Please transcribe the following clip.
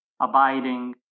abiding